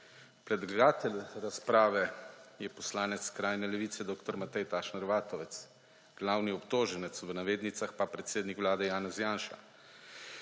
Predlagatelj razprave je poslanec skrajne levice dr. Matej Tašner Vatovec, glavni obtoženec, v navednicah, pa predsednik Vlade Janez Janša.